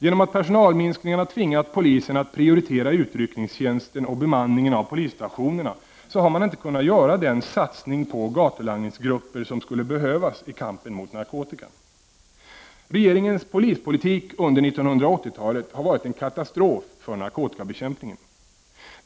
Genom att personalminskningarna tvingat polisen att prioritera utryckningstjänsten och bemanningen av polisstationerna har polisen inte kunnat göra den satsning på s.k. gatulangningsgrupper som skulle behövas i kampen mot narkotikan. Regeringens polispolitik under 1980-talet har varit en katastrof för narkotikabekämpningen.